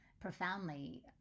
profoundly